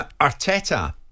Arteta